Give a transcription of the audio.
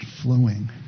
flowing